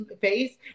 face